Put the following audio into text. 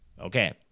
Okay